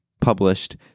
published